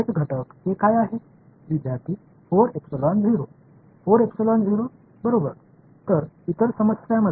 மாணவர் சரிதானே இது மற்ற சிக்கல்களில் மிகவும் எளிமையானதாக மாறியது இது மிகவும் எளிமையானதாக இருக்காது